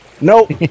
Nope